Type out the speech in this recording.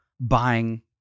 buying